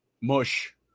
mush